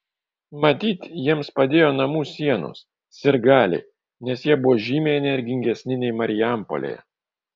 matyt jiems padėjo namų sienos sirgaliai nes jie buvo žymiai energingesni nei marijampolėje